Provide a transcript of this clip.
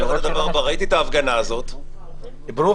ראיתי את ההפגנה הזאת ואני רוצה להגיד --- ברוכי,